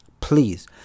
Please